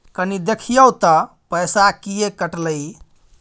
कनी देखियौ त पैसा किये कटले इ?